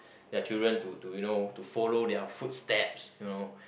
their children to to you know to follow their footsteps you know